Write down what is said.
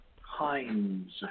Hines